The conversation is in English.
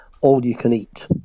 all-you-can-eat